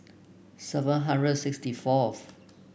seven hundred and sixty fourth